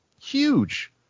huge